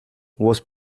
was